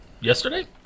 yesterday